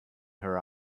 her